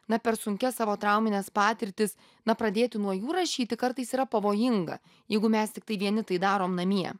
na per sunkias savo traumines patirtis na pradėti nuo jų rašyti kartais yra pavojinga jeigu mes tiktai vieni tai darom namie